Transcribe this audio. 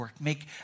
Make